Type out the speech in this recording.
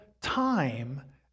time